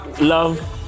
Love